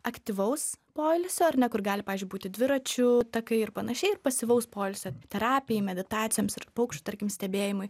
aktyvaus poilsio ar ne kur gali pavyzdžiui būti dviračių takai ir panašiai ir pasyvaus poilsio terapijai meditacijoms ir paukščių tarkim stebėjimui